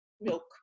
Milk